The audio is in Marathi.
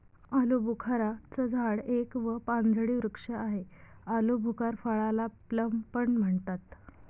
आलूबुखारा चं झाड एक व पानझडी वृक्ष आहे, आलुबुखार फळाला प्लम पण म्हणतात